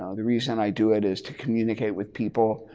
ah the reason i do it is to communicate with people.